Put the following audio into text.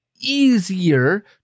easier